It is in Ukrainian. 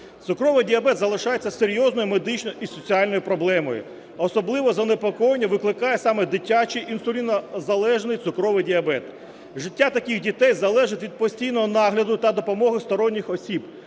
Цукровий діабет залишається серйозною медичною і соціальною проблемою, особливо занепокоєння викликає саме дитячий інсулінозалежний цукровий діабет. Життя таких дітей залежить від постійного нагляду та допомоги сторонніх осіб.